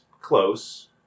close